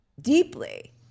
deeply